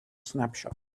snapshot